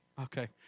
Okay